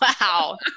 Wow